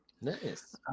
Nice